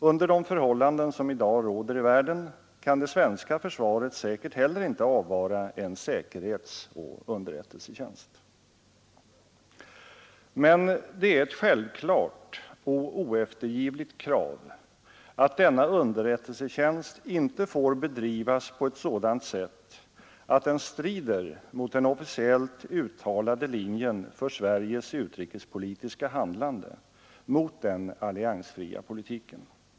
Under de förhållanden som i dag råder i världen kan det svenska försvaret säkert heller inte avvara en säkerhetsoch underrättelsetjänst. Men det är ett självklart och oeftergivligt krav att denna underrättelsetjänst icke får bedrivas på ett sådant sätt att den strider mot den officiellt uttalade linjen för Sveriges utrikespolitiska handlande, mot den alliansfria politiken.